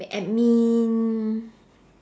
admin